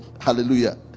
Hallelujah